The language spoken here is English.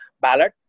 ballot